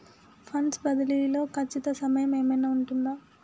Funds బదిలీ లో ఖచ్చిత సమయం ఏమైనా ఉంటుందా?